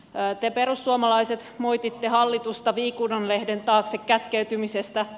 te perussuomalaiset moititte hallitusta viikunanlehden taakse kätkeytymisestä